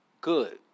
good